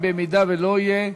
לא היה,